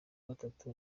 gatatu